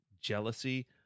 jealousy